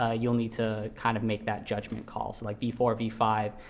ah you'll need to kind of make that judgment call, so like v four v five.